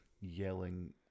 yelling